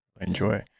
enjoy